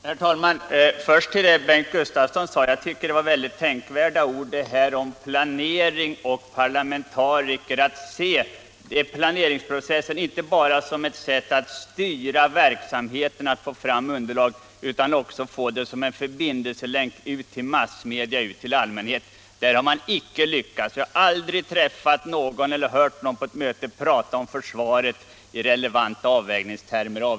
Herr talman! Bengt Gustavsson uttalade mycket tänkvärda ord om planering och parlamentariker och framhöll att man bör se planeringsprocessen inte bara som ett sätt att styra verksamheten och få fram underlag utan också som en förbindelselänk ut till massmedia och allmänhet. Där har man inte lyckats. Jag har aldrig träffat någon eller hört någon på ett möte som talat om försvaret i systemets avvägningstermer.